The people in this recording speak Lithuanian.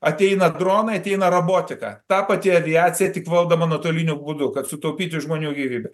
ateina dronai ateina robotika ta pati aviacija tik valdoma nuotoliniu būdu kad sutaupytų žmonių gyvybes